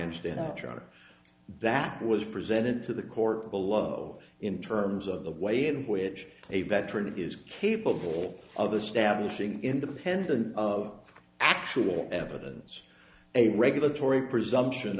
understand after that was presented to the court below in terms of the way in which a veteran is capable of the stabbing independent of actual evidence a regulatory presumption